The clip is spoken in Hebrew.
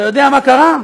אתה יודע מה קרה?